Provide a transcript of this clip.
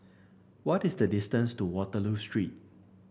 what is the distance to Waterloo Street